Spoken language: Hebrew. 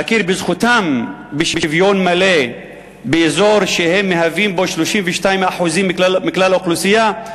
להכיר בזכותם לשוויון מלא באזור שהם מהווים בו 32% מכלל האוכלוסייה,